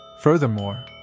Furthermore